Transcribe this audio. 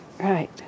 Right